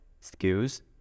skills